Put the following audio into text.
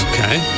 Okay